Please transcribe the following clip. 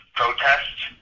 protests